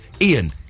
Ian